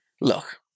Look